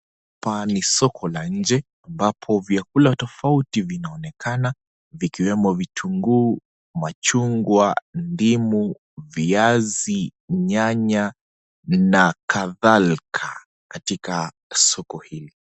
Hapa ni soko la nje ambapo vyakula tofauti vinaonekana vikiwemo vitunguu, machungwa, ndimu, viazi, nyanya na kadhalika katika soko hili.